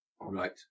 right